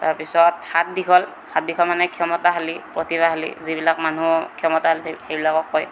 তাৰ পিছত হাত দীঘল হাত দীঘল মানে ক্ষমতাশালী প্ৰতিভাশালী যিবিলাক মানুহ ক্ষমতাশালী সেইবিলাকক কয়